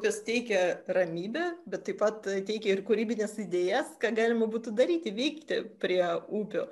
kas teikia ramybę bet taip pat teikia ir kūrybines idėjas ką galima būtų daryti veikti prie upių